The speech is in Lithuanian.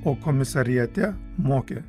o komisariate mokė